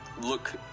look